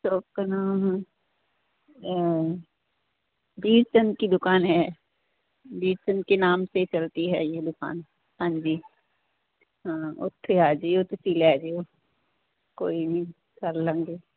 shop ਕਾ ਨਾਮ ਵੀਰ ਚੰਦ ਕੀ ਦੁਕਾਨ ਹੈ ਵੀਰ ਚੰਦ ਕੇ ਨਾਮ ਸੇ ਚਲਤੀ ਹੈ ਯੇ ਦੁਕਾਨ ਜੀ ਹਾਂ ਉੱਥੇ ਆ ਜਿਓ ਤੁਸੀਂ ਲੈ ਜਿਓ ਕੋਈ ਨੀ ਕਰਲਾਂਗੇ